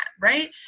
right